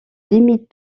limite